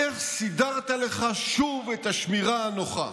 איך סידרת לך שוב את השמירה הנוחה?